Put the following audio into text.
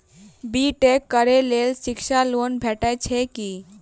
B tech करै लेल शिक्षा लोन भेटय छै की?